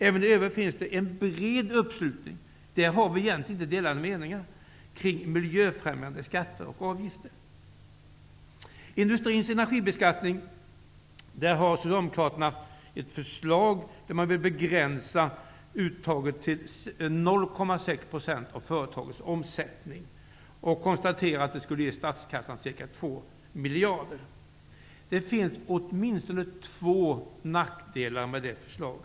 Även i övrigt finns det en bred uppslutning kring miljöfrämjande skatter och avgifter. Där har vi egentligen inte några delade meningar. När det gäller industrins energibeskattning, föreslår socialdemokraterna att industrins energibeskattning skall begränsas till 0,6 % av företagets omsättning. De konstaterar att det skulle öka statskassans intäkter med ca 2 miljarder. Det finns åtminstone två nackdelar med detta förslag.